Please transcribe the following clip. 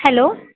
hello